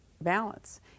balance